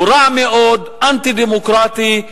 הוא רע מאוד, אנטי-דמוקרטי.